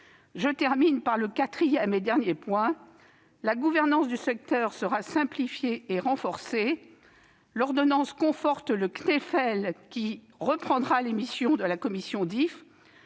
ses obligations. Quatrièmement, et enfin, la gouvernance du secteur sera simplifiée et renforcée. L'ordonnance conforte le CNFEL, qui reprendra les missions de la commission DIFE,